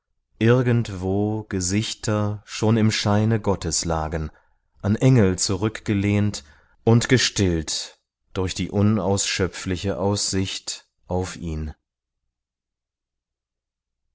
irgendwo gesichter schon im scheine gottes lagen an engel zurückgelehnt und gestillt durch die unausschöpfliche aussicht auf ihn